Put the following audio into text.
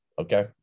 Okay